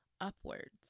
upwards